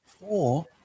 four